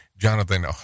Jonathan